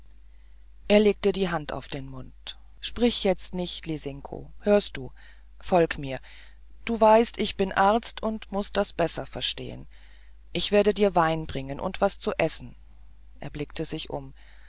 er legte die hand auf den mund sprich jetzt nicht lisinko hörst du folg mir du weißt ich bin arzt und muß das besser verstehen ich werd dir wein bringen und was zu essen er blickte um